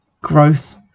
gross